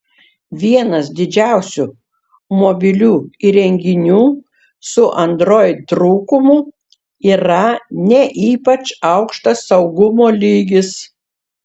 vienas didžiausių mobilių įrenginių su android trūkumų yra ne ypač aukštas saugumo lygis